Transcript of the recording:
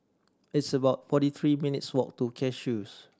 it's about forty three minutes' walk to Cashews